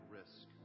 risk